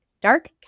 dark